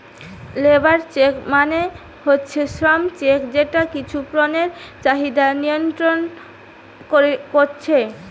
labour check মানে হচ্ছে শ্রম চেক যেটা কিছু পণ্যের চাহিদা নিয়ন্ত্রণ কোরছে